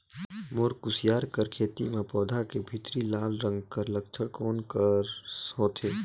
मोर कुसियार कर खेती म पौधा के भीतरी लाल रंग कर लक्षण कौन कर होथे?